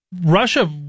Russia